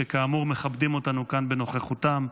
שכאמור מכבדים אותנו כאן בנוכחותם.